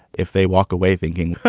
if they walk away thinking.